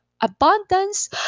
abundance